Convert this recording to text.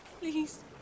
please